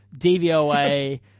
DVOA